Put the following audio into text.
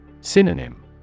Synonym